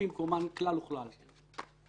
אנחנו בוחנים כל הערה לגופו של עניין.